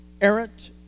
errant